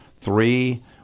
Three